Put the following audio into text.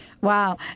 Wow